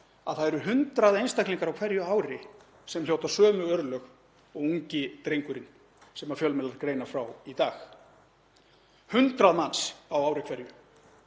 að það eru 100 einstaklingar á hverju ári sem hljóta sömu örlög og ungi drengurinn sem fjölmiðlar greina frá í dag, 100 manns á ári hverju.